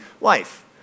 life